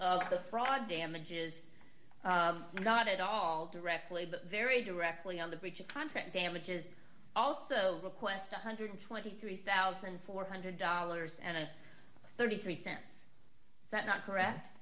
of the fraud damage is not at all directly but very directly on the breach of contract damages also requests one hundred and twenty three thousand four hundred dollars thirty three cents that not correct